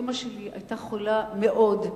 אמא שלי היתה חולה מאוד,